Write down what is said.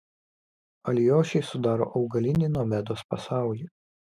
alijošiai sudaro augalinį nomedos pasaulį